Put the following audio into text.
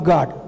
God